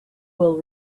will